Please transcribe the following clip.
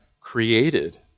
created